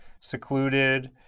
secluded